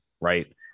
right